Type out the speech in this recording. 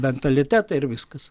mentalitetą ir viskas